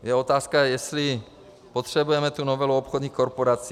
Je otázka, jestli potřebujeme tu novelu o obchodních korporacích.